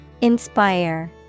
Inspire